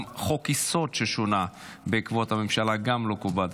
גם חוק-יסוד ששונה בעקבות הממשלה לא כובד,